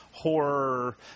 horror